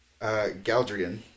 Galdrian